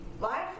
Life